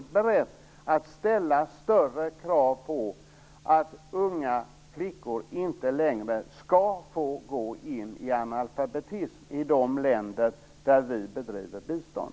Är statsrådet beredd att ställa större krav på att unga flickor inte längre skall få gå in i analfabetism i de länder där vi bedriver bistånd?